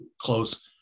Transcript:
close